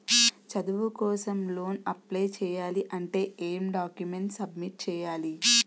చదువు కోసం loan apply చేయాలి అంటే ఎం డాక్యుమెంట్స్ సబ్మిట్ చేయాలి?